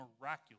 miraculous